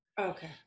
Okay